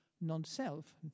non-self